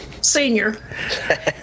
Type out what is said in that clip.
senior